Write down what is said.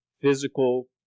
physical